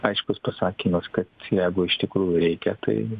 aiškus pasakymas kad jeigu iš tikrųjų reikia tai